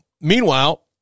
meanwhile